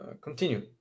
continue